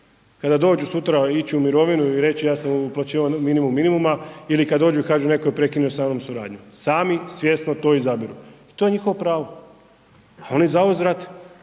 kada dođu sutra ići ću u mirovinu i reći ja sam uplaćivao minimum minimuma ili kada dođu i kažu neko je prekinuo sa mnom suradnju. Sami svjesno to izabiru i to je njihovo pravo, oni zauzvrat